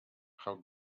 how